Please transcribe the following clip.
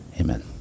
Amen